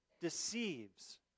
deceives